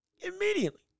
Immediately